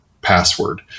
password